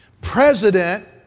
president